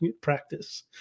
practice